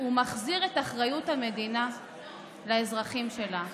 הוא מחזיר את אחריות המדינה לאזרחים שלה.